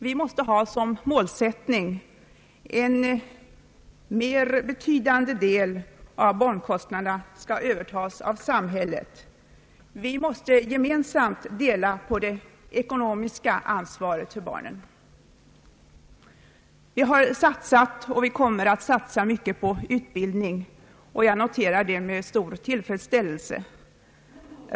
Vi måste ha som målsättning att en mer betydande del av barnkostnaderna skall övertas av samhället. Vi måste gemensamt dela på det ekonomiska ansvaret för barnen. Vi har satsat och kommer att satsa mycket på utbildning. Jag noterar det med stor tillfredsställelse.